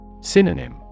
Synonym